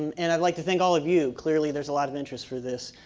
and i'd like to thank all of you. clearly, there's a lot of interest for this.